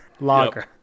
Lager